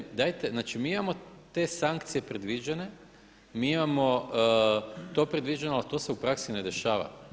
Dajte, dajte, znači mi imamo te sankcije predviđene, mi imamo to predviđeno ali to se u praksi ne dešava.